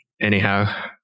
Anyhow